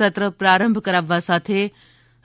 સત્ર પ્રારંભ કરાવવા સાથે